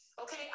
Okay